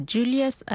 Julius